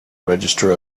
register